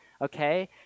Okay